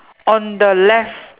on the left